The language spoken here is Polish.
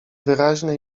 wyraźne